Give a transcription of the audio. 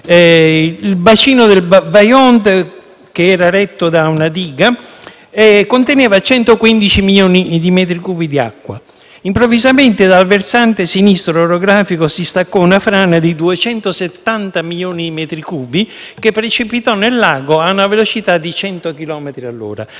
Il bacino del Vajont, retto da una diga, conteneva 115 milioni di metri cubi di acqua. Improvvisamente, dal versante orografico sinistro, si staccò una frana di 270 milioni di metri cubi, che precipitò nel lago a una velocità di 100 chilometri all'ora.